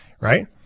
right